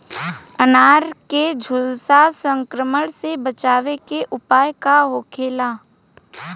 अनार के झुलसा संक्रमण से बचावे के उपाय का होखेला?